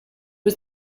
was